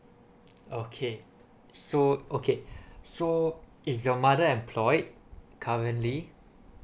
okay so okay so is your mother employed currently